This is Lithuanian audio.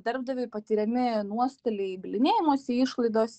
darbdaviui patiriami nuostoliai bylinėjimosi išlaidos